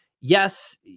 yes